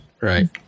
Right